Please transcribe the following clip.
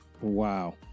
Wow